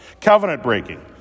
covenant-breaking